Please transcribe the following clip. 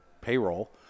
payroll